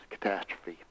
catastrophe